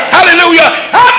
Hallelujah